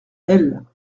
elle